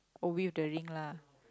oh with the ring lah